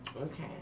Okay